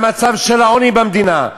מהמצב של העוני במדינה,